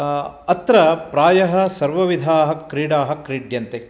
अत्र प्रायः सर्वविधाः क्रीडाः क्रीड्यन्ते